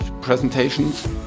presentations